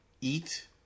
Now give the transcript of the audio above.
eat